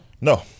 No